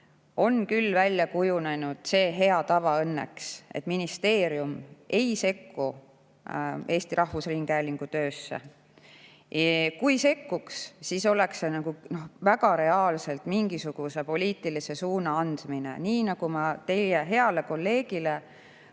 õnneks välja kujunenud see hea tava, et ministeerium ei sekku Eesti Rahvusringhäälingu töösse. Kui sekkuks, siis oleks see väga reaalselt mingisuguse poliitilise suuna andmine. Nii nagu ma teie heale kolleegile